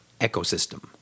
ecosystem